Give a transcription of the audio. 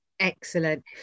Excellent